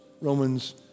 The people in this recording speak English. Romans